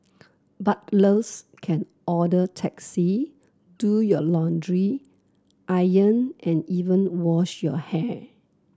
butlers can order taxi do your laundry iron and even wash your hair